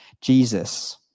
Jesus